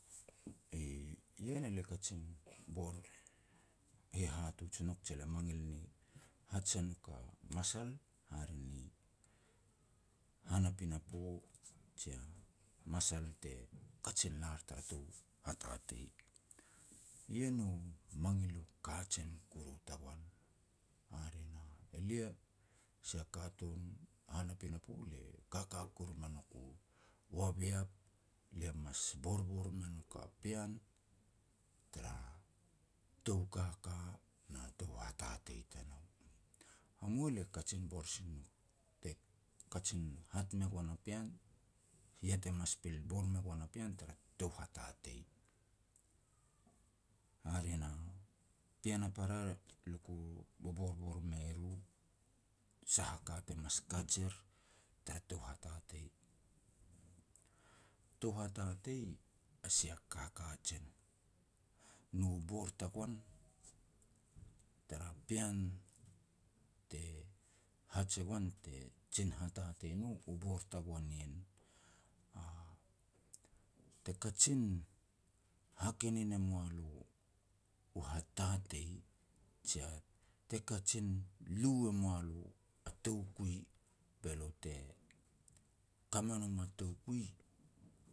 Ien elia kajin bor hitatuj u nouk je lia mangil ni haj e nouk a masal hare ni han a pinapo, jia masal te kajen lar tara tou hatatei. Ien u mangil u kajen kuru tagoan, hare na, elia sia katun han a pinapo, le kaka kuru me nouk u waviap le mas borbor me nouk a pean tara tou kaka na tou hatatei tanou. Hamua le kajen bor sin nouk te kajin hat me goan a pean, ia te mas pil bor me goan a pean tar tou hatatei. Hare na pean a para luku boborbor mei e ru sah a ka te mas kaj er tara tou hatatei. Tou hatatei a sia ka kajen, nu bor tagoan tara pean te haj e goan te jin hatatei no, u bor tagoan ien. Te kajin hakenin e mua lo u hatatei, jia te kajin lu e mua lo a toukui be lo te ka me nom a toukui